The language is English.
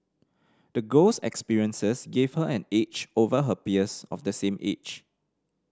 the girl's experiences gave her an edge over her peers of the same age